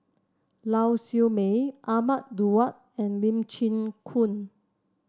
Lau Siew Mei Ahmad Daud and Lee Chin Koon